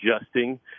adjusting